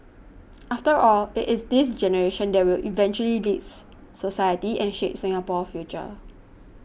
after all it is this generation that will eventually leads society and shape Singapore's future